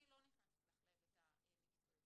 אני לא נכנסת לך להיבט המקצועי.